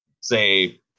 say